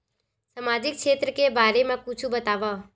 सामजिक क्षेत्र के बारे मा कुछु बतावव?